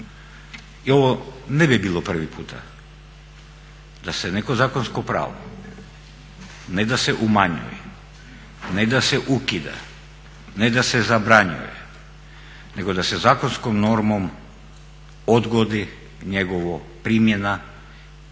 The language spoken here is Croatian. I ovo ne bi bilo prvi puta da se neko zakonsko pravo, ne da se umanjuje, ne da se ukida, ne da se zabranjuje, nego da se zakonskom normom odgodi njegova primjena